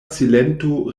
silento